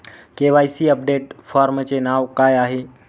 KYC update फॉर्मचे नाव काय आहे?